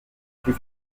plus